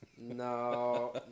No